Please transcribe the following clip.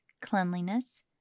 cleanliness